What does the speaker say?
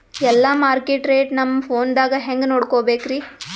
ಎಲ್ಲಾ market rate ನಮ್ ಫೋನದಾಗ ಹೆಂಗ ನೋಡಕೋಬೇಕ್ರಿ?